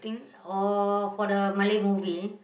oh for the Malay movie